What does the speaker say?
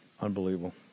Unbelievable